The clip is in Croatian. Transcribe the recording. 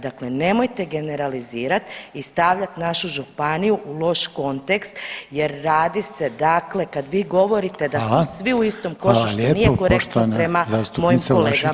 Dakle, nemojte generalizirat i stavljat našu županiju u loš kontekst jer radi se dakle kad vi govorite [[Upadica: Hvala.]] da smo svi u istom košu što nije korektno prema mojim kolegama.